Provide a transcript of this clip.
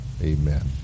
amen